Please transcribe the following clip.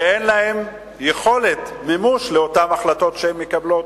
ואין יכולת מימוש של אותן החלטות שהן מקבלות,